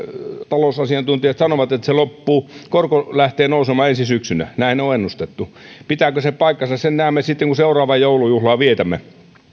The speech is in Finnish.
talousasiantuntijat sanovat että se loppuu korko lähtee nousemaan ensi syksynä näin on ennustettu pitääkö se paikkansa sen näemme sitten kun seuraavaa joulujuhlaa vietämme